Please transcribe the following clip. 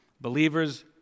Believers